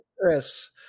Chris